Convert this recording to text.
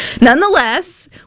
nonetheless